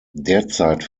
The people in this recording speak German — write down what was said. derzeit